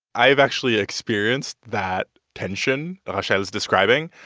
i've actually experienced that tension rachel's describing.